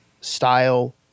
style